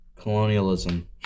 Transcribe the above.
colonialism